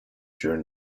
during